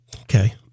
Okay